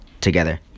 together